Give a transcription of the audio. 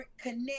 connect